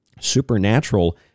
supernatural